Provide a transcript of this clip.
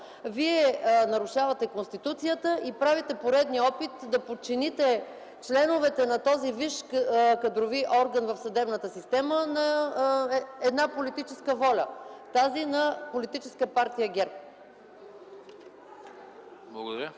вие нарушавате Конституцията и правите поредния опит да подчините членовете на този висш кадрови орган в съдебната система на една политическа воля – тази на Политическа партия ГЕРБ.